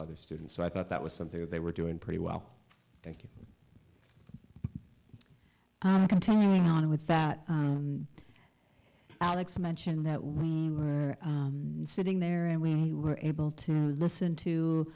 other students so i thought that was something that they were doing pretty well thank you continuing on with that alex mentioned that we were sitting there and we were able to listen to